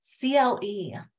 CLE